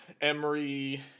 Emery